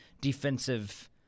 defensive